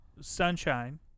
Sunshine